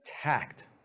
tact